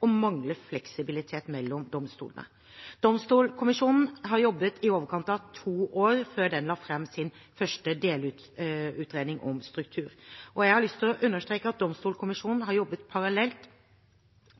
og manglende fleksibilitet mellom domstolene. Domstolkommisjonen har jobbet i overkant av to år før den la fram sin første delutredning om struktur. Jeg har lyst til å understreke at Domstolkommisjonen har jobbet parallelt